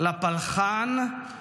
/ לפלחה"ן,